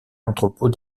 entrepôt